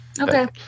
Okay